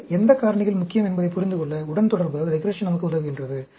எனவே எந்த காரணிகள் முக்கியம் என்பதைப் புரிந்துகொள்ள உடன்தொடர்பு நமக்கு உதவுகின்றது